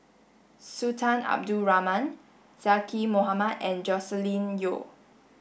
Sultan Abdul Rahman Zaqy Mohamad and Joscelin Yeo